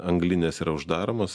anglinės yra uždaromos